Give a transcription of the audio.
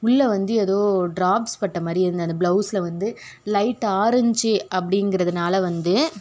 உள்ளே வந்து ஏதோ டிராப்ஸ் பட்ட மாதிரி இருந்தது அந்த ப்ளவுஸில் வந்து எதோ லைட் ஆரஞ்ச் அப்படிங்குறதுனால வந்து